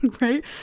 right